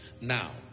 Now